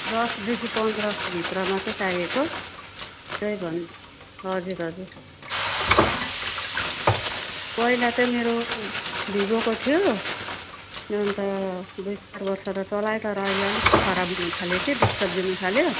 दसदेखि पन्ध्रको भित्रमा चाहिँ चाहिएको त्यही भनेर हजुर हजुर पहिला चाहिँ मेरो भिभोको थियो त्यो अन्त दुईचार वर्ष त चलाएँ तर अहिले अलिक खराब हुनु थाल्यो कि डिस्टर्ब दिनु थाल्यो